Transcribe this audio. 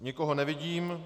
Nikoho nevidím.